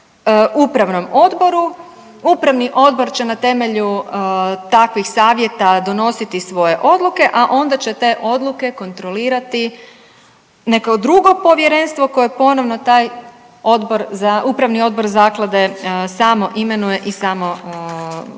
upravnom odboru, upravni odbor će na temelju takvih savjeta donositi svoje odluke, a onda će te odluke kontrolirati neko drugo povjerenstvo koje ponovno taj odbor, upravni odbor zaklade samo imenuje i samo formira.